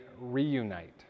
reunite